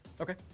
Okay